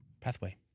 Pathway